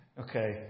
Okay